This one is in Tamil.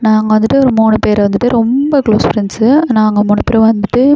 நாங்கள் வந்துட்டு ஒரு மூணு பேர் வந்துட்டு ரொம்ப க்ளோஸ் ஃப்ரெண்ட்ஸு நாங்கள் மூணு பேர் வந்துட்டு